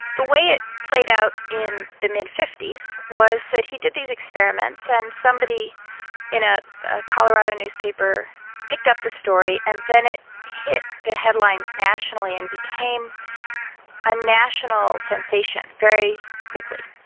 the way it played out in the mid fifty s was that he did these experiments and somebody in a colorado newspaper picked up the story and then it hit the headlines nationally and became a national sensation very quickly.